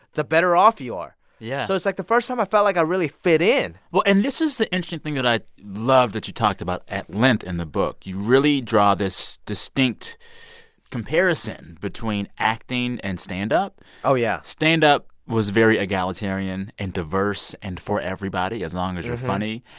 the better off you are yeah so it's, like, the first time i felt like i really fit in well and this is the interesting thing that i loved that you talked about at length in the book. you really draw this distinct comparison between acting and stand-up oh, yeah stand-up was very egalitarian and diverse and for everybody, as long as you're funny.